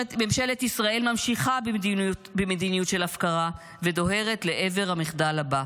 ממשלת ישראל ממשיכה במדיניות של הפקרה ודוהרת לעבר המחדל הבא.